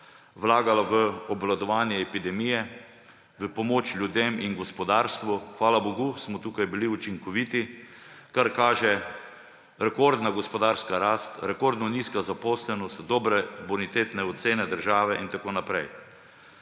vlagala v obvladovanje epidemije, v pomoč ljudem in gospodarstvu. Hvala bogu smo tu bili učinkoviti, kar kaže rekordna gospodarska rast, rekordno nizka nezaposlenost, dobre bonitetne ocene države in tako naprej.